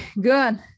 good